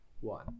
one